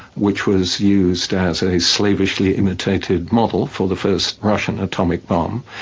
which was used as a slavishly imitated model for the first russian atomic bomb,